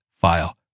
file